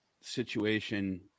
situation